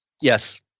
yes